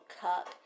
Cup